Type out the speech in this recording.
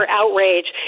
outrage